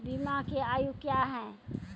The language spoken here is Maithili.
बीमा के आयु क्या हैं?